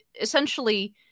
essentially